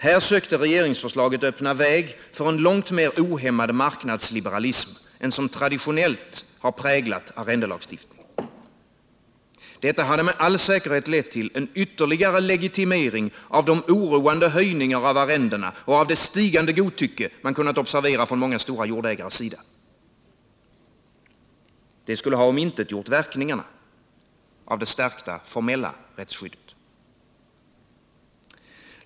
Här sökte regeringsförslaget öppna väg för en långt mer ohämmad marknadsliberalism än som traditionellt har präglat arrendelagstiftningen. Detta hade med all säkerhet lett till en ytterligare legitimering av de oroande höjningar av arrendena och av det stigande godtycke man kunnat observera från många stora jordägares sida. Det skulle ha omintetgjort verkningarna av det stärkta formella rättsskyddet.